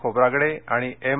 खोब्रागडे आणि एम